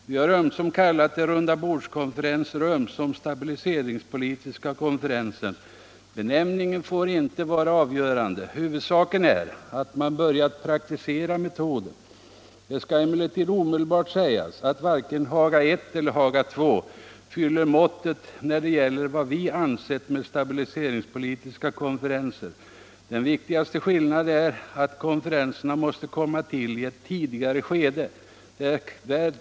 Vi har ömsom kallat det rundabordskonferenser, ömsom stabiliseringspolitiska konferenser. Benämningen får inte vara avgörande. Huvudsaken är att man börjat praktisera metoden. Det skall emellertid omedelbart sägas att varken Haga lI eller Haga II fyller måttet när det gäller vad vi avsett med stabiliseringspolitiska konferenser. Den viktigaste skillnaden är att konferenserna måste komma in i ett tidigare skede.